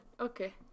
Okay